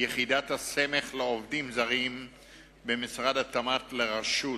יחידת הסמך לעובדים זרים במשרד התמ"ת לרשות,